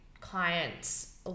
clients